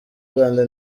rwanda